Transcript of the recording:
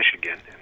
Michigan